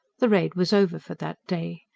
the raid was over for that day.